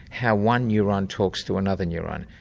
how one neurone talks to another neurone.